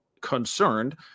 concerned